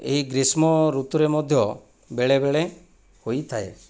ଏହି ଗ୍ରୀଷ୍ମ ଋତୁରେ ମଧ୍ୟ ବେଳେ ବେଳେ ହୋଇଥାଏ